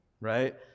right